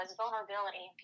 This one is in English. vulnerability